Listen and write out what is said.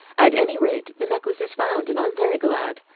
at any rate, the necklace is found, and i am very glad.